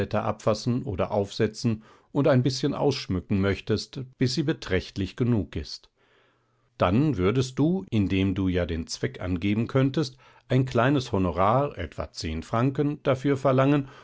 abfassen oder aufsetzen und ein bißchen ausschmücken möchtest bis sie beträchtlich genug ist dann würdest du indem du ja den zweck angeben könntest ein kleines honorar etwa zehn franken dafür verlangen